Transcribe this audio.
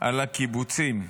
על הקיבוצים: